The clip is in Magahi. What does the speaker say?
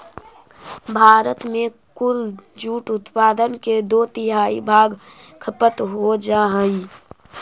भारत में कुल जूट उत्पादन के दो तिहाई भाग खपत हो जा हइ